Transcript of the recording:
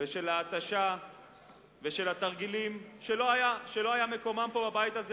ושל ההתשה ושל התרגילים שלא היה מקומם פה בבית הזה,